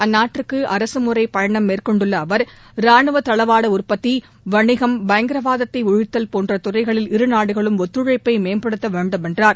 அந்நாட்டிற்கு அரசுமுறைப் பயணம் மேற்கொண்டுள்ள அவர் ராணுவ தளவாட உற்பத்தி வணிகம் பயங்கரவாதத்தை ஒழித்தல் போன்ற துறைகளில் இருநாடுகளும் ஒத்துழைப்பை மேம்படுத்த வேண்டும் என்றார்